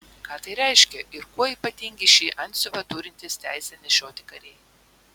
ką tai reiškia ir kuo ypatingi šį antsiuvą turintys teisę nešioti kariai